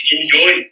Enjoy